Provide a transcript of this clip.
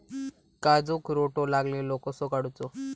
काजूक रोटो लागलेलो कसो काडूचो?